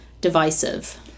divisive